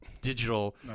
digital